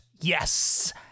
Yes